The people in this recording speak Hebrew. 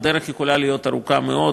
הדרך יכולה להיות ארוכה מאוד,